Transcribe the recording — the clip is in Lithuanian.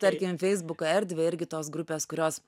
tarkim feisbuko erdvę irgi tos grupės kurios